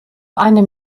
einem